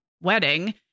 wedding